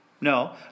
No